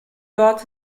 dort